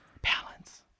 balance